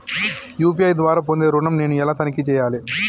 UPI ద్వారా పొందే ఋణం నేను ఎలా తనిఖీ చేయాలి?